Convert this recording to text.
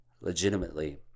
legitimately